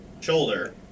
shoulder